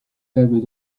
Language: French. faible